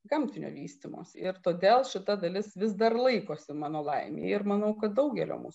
gamtinio vystymosi ir todėl šita dalis vis dar laikosi mano laimei ir manau kad daugelio mūsų